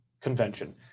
convention